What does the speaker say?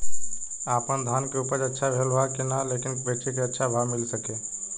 आपनधान के उपज अच्छा भेल बा लेकिन कब बेची कि अच्छा भाव मिल सके?